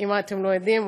אם אתם לא יודעים,